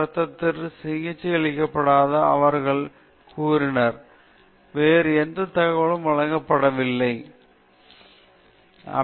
அது கிடைக்கப்பெற்றாலும் கூட சிகிச்சை அளிக்கப்படவில்லை அந்தச் செயலில் பலர் தங்கள் உயிரை இழந்தார்கள் பலர் காயமடைந்தனர் இறுதியாக இதையொட்டி பொதுமக்களிடமிருந்து இது செய்தித்தாள்களில் தோன்றியது ஆய்வில் நிறுத்தப்பட்டது